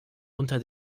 unter